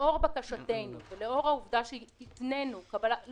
לאור בקשתנו ולאור העובדה שהתתננו קבלת,